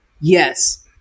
yes